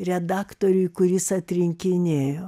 redaktoriui kuris atrinkinėjo